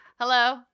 Hello